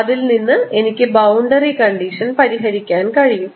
അതിൽനിന്ന് എനിക്ക് boundary condition പരിഹരിക്കാൻ കഴിയും